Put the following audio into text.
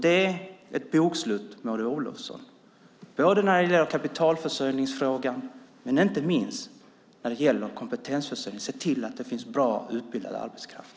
Det är ett bokslut, Maud Olofsson, när det gäller kapitalförsörjning men inte minst när det gäller kompetensförsörjning. Se till att det finns bra och utbildad arbetskraft!